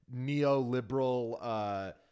neoliberal